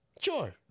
Sure